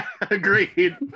Agreed